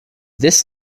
this